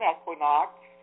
equinox